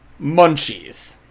munchies